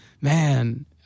man